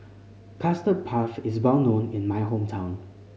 Custard Puff is well known in my hometown